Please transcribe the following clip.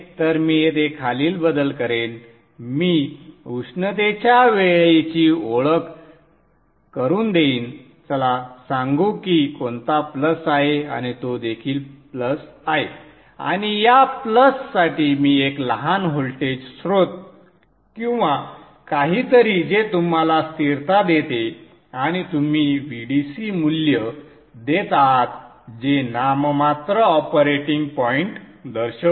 तर मी येथे खालील बदल करेन मी उष्णतेच्या वेळेची ओळख करून देईन चला सांगू की कोणता प्लस आहे आणि तो देखील प्लस आहे आणि या प्लससाठी मी एक लहान व्होल्टेज स्त्रोत किंवा काहीतरी जे तुम्हाला स्थिरता देते आणि तुम्ही VDC मूल्य देत आहात जे नाममात्र ऑपरेटिंग पॉइंट दर्शवते